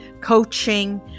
coaching